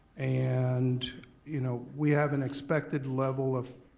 and you know we have an expected level of